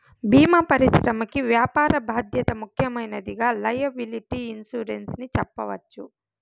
భీమా పరిశ్రమకి వ్యాపార బాధ్యత ముఖ్యమైనదిగా లైయబిలిటీ ఇన్సురెన్స్ ని చెప్పవచ్చు